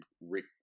Rick